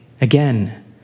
again